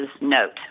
note